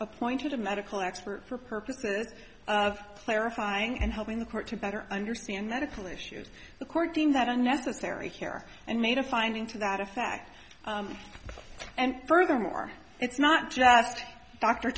appointed a medical expert for purposes of clarifying and helping the court to better understand medical issues the court being that unnecessary care and made a finding to that effect and furthermore it's not just dr